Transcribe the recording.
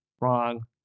wrong